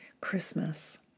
Christmas